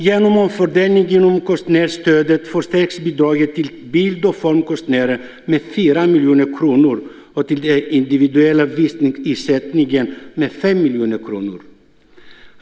Genom omfördelning inom konstnärsstödet förstärks bidraget till bild och formkonstnärer med 4 miljoner kronor och till den individuella visningsersättningen med 5 miljoner kronor.